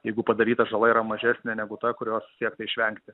jeigu padaryta žala yra mažesnė negu ta kurios siekta išvengti